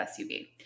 SUV